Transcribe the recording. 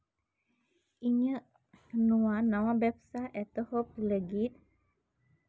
ᱤᱧᱟᱹᱜ ᱱᱚᱣᱟ ᱱᱟᱣᱟ ᱵᱮᱯᱥᱟ ᱮᱛᱚᱦᱚᱵ ᱞᱟᱹᱜᱤᱫ